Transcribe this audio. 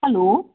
hello